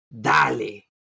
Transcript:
Dale